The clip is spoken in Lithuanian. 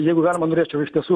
jeigu galima norėčiau iš tiesų